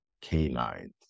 canines